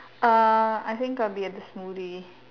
uh I think I'll be at the smoothie